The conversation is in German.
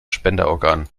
spenderorgan